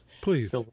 Please